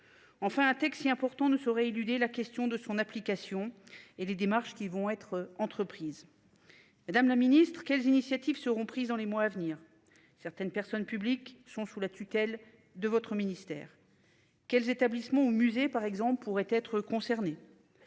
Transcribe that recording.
Enfin un texte si important ne saurait éluder la question de son application et les démarches qui vont être entreprises. Madame la Ministre quelles initiatives seront prises dans les mois à venir. Certaines personnes publiques sont sous la tutelle de votre ministère. Quels établissements au musée par exemple pourraient être concernés.